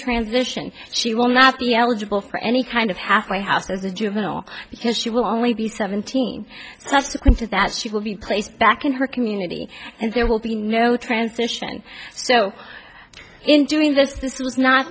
transition she will not be eligible for any kind of halfway house as a juvenile his she will only be seventeen subsequent to that she will be placed back in her community and there will be no transition so in doing this this was not